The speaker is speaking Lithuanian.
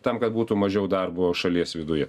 tam kad būtų mažiau darbo šalies viduje